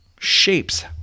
Shapes